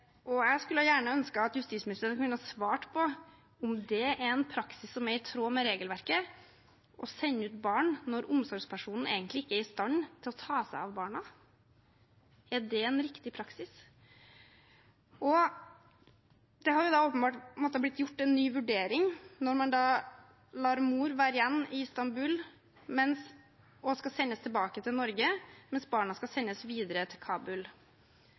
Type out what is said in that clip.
og jeg skulle gjerne ønsket at justisministeren kunne ha svart på om det å sende ut barn når omsorgspersonen egentlig ikke er i stand til å ta seg av barna, er en praksis som er i tråd med regelverket. Er det en riktig praksis? Det har åpenbart måttet blitt gjort en ny vurdering når man lar mor være igjen i Istanbul for å sendes tilbake til Norge, mens barna skal sendes videre til Kabul.